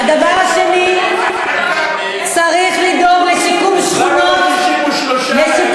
הדבר השני, צריך לדאוג לשיקום שכונות, השר